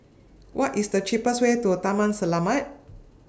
What IS The cheapest Way to Taman Selamat